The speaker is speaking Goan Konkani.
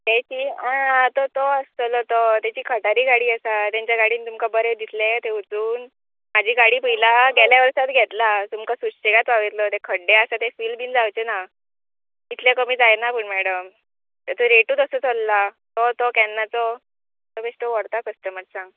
तेची आं तो तो आसतलो तो तेची खटारी गाडी आसा तेंच्या गाडीन तुमकां बरें दिसले थंय वचून म्हाजी गाडी पयलां गेल्या वर्सांत घेतला तुमकां सुशेगेगात वावयतलो तें खड्डे आसा ते फील बीन जावचे ना इतले कमी जायना पूण मॅडम तेचो रेटूच असो चल्ला तो तो केन्नाचो सोश्टो व्हरता कस्टमरसांक